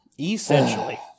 Essentially